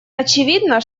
очевидно